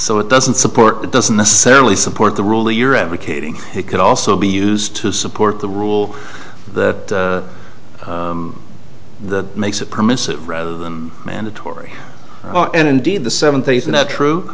so it doesn't support that doesn't necessarily support the rule you're advocating it could also be used to support the rule that that makes it permissive rather than mandatory and indeed the seventy's and the true